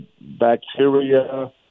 bacteria